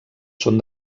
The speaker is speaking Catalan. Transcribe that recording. són